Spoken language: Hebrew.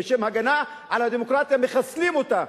בשם הגנה על הדמוקרטיה מחסלים אותה,